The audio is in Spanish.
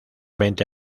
veinte